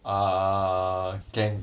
err can